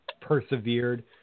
persevered